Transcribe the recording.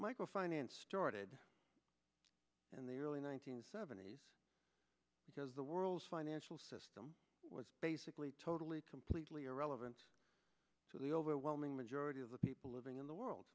micro finance started in the early one nine hundred seventy s because the world's financial system was basically totally completely irrelevant to the overwhelming majority of the people living in the world